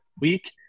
week